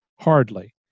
Hardly